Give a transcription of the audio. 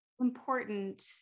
important